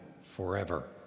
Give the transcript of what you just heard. forever